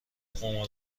قمار